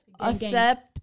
accept